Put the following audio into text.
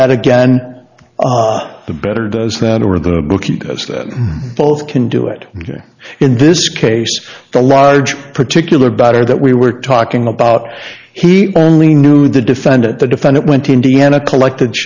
bet again the better does that or the book eat us then both can do it in this case the large particular batter that we were talking about he only knew the defendant the defendant went to indiana collect